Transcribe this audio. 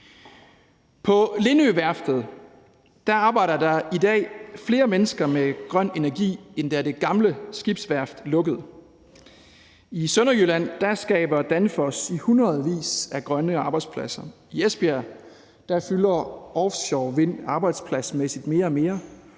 På Lindøværftet arbejder der i dag flere mennesker med grøn energi, end da det gamle skibsværft lukkede. I Sønderjylland skaber Danfoss i hundredvis af grønne arbejdspladser. I Esbjerg fylder offshorevindenergi arbejdspladsmæssigt mere og mere,